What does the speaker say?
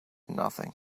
nothing